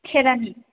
केरानि